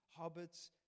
hobbits